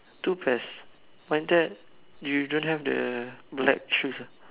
two pairs when that you don't have the black shoes ah